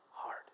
hard